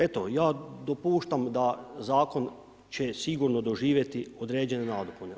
Eto ja dopuštam da zakon će sigurno doživjeti određene nadopune.